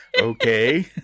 Okay